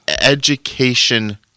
education